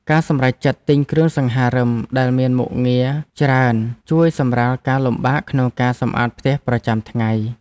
ការសម្រេចចិត្តទិញគ្រឿងសង្ហារិមដែលមានមុខងារច្រើនជួយសម្រាលការលំបាកក្នុងការសម្អាតផ្ទះប្រចាំថ្ងៃ។